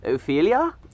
Ophelia